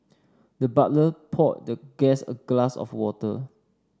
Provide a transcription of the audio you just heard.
the butler poured the guest a glass of water